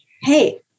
hey